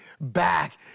back